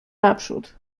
naprzód